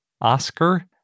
Oscar